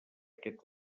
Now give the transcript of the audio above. aquest